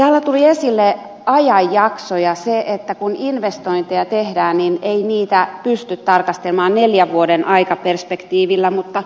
täällä tuli esille ajanjakso ja se että kun investointeja tehdään niin ei niitä pysty tarkastelemaan neljän vuoden aikaperspektiivillä